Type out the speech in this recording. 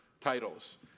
titles